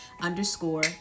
underscore